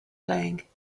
playing